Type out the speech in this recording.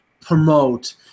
promote